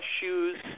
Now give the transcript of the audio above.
shoes